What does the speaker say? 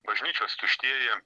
bažnyčios tuštėja